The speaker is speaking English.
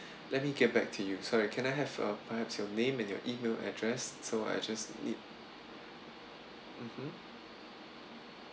let me get back to you so can I have uh perhaps your name and your email address so I just need mmhmm